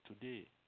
today